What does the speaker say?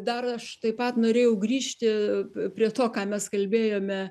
dar aš taip pat norėjau grįžti prie to ką mes kalbėjome